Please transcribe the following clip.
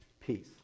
peace